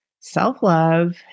self-love